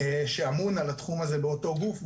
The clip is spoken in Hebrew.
שאמון על התחום הזה באותו גוף,